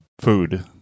food